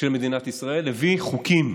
של מדינת ישראל, הביא חוקים.